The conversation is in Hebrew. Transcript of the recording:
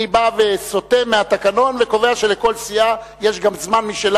אני בא וסוטה מהתקנון וקובע שלכל סיעה יש גם זמן משלה,